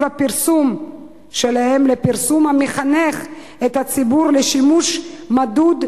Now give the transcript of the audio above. הפרסום שלהן לפרסום המחנך את הציבור לשימוש מדוד,